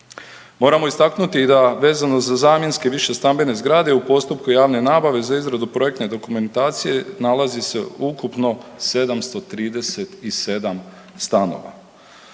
Moramo istaknuti i da vezano za zamjenske višestambene zgrade u postupku javne nabave za izradu projektne dokumentacije nalazi se ukupno 737 stanova.